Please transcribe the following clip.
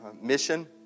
mission